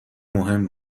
مهم